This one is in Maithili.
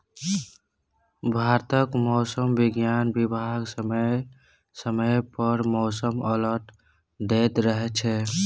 भारतक मौसम बिज्ञान बिभाग समय समय पर मौसम अलर्ट दैत रहै छै